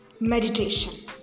Meditation